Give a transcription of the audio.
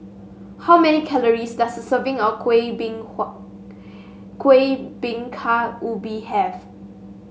how many calories does a serving of kuih Kuih Bingka Ubi have